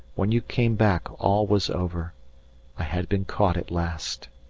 when you came back all was over i had been caught at last.